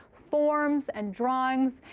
forms and drawings.